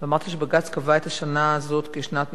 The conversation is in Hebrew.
ואמרת שבג"ץ קבע את השנה הזאת כשנת ניסיון.